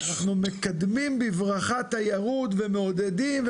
אנחנו מקדמים בברכה תיירות ומעודדים,